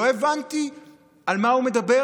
לא הבנתי על מה הוא מדבר,